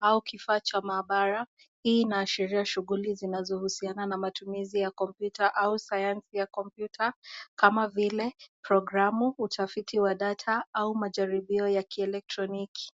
au kifaa cha maabara. Hii inaashiria shughuli zinazohusiana na matumizi ya kompyuta au sayansi ya kompyuta kama vile programu, utafiti wa data au majaribio ya kieletroniki.